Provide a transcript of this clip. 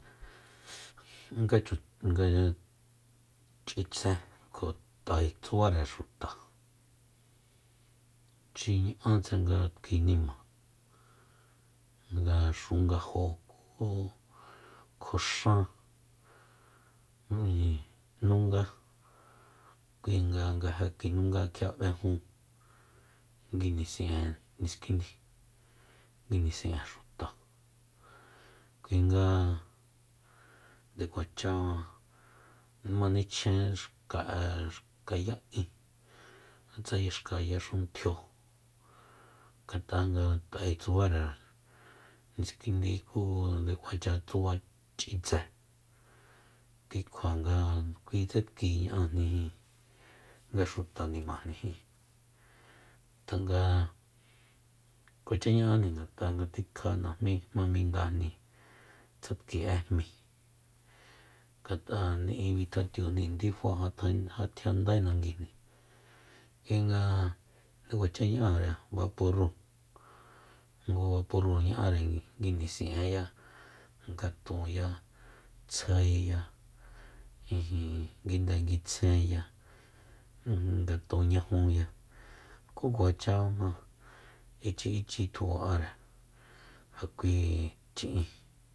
Ngach- nga ch'itse kjo t'ae tsubare xuta xi ña'atse nga t'ki nima nga xungajo ku kjo xan ijin nunga kuinga nga ja kinunga kjia b'ejun nguinisin'e niskindi nguinisi'e xuta kuinga nde kuacha ma nichjen xka'a xka ya in tsa yaxka yaxuntjio ngat'a nga t'ae tsubare niskindi ku nde kuacha tsubare ch'itse kui kjua nga kuitse tki ña'ajni jin nga xuta nimajni jíin tanga kuacha ña'ajni ngata nga tikja najmí jma mindajni tsa tki'e jmi ngat'a ni'i bitjatiujni ndifa ngat'a jatjindae nanguijni kuinga nga kuacha na'are baporúu ngu baporu ña'are nguinisin'eya ngatunya tsjaeya ijin nguinde nguitsjenya ijin ngatun ñajunya ku kuacha ma ichiichi tjuba'ere ja kui chi'in